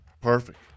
perfect